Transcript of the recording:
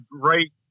great